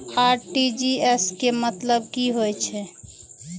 RTGS के मतलब की होय ये?